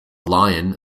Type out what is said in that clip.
lion